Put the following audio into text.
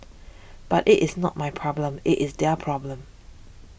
but it is not my problem it is their problem